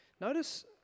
Notice